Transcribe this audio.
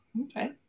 Okay